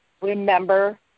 remember